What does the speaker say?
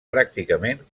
pràcticament